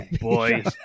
Boys